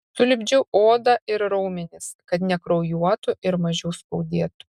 sulipdžiau odą ir raumenis kad nekraujuotų ir mažiau skaudėtų